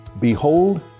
Behold